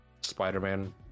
spider-man